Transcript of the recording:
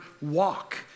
walk